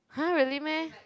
[huh] really meh